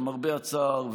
למרבה הצער,